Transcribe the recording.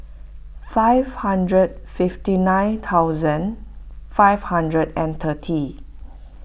five hundred fifty nine thousand five hundred and thirty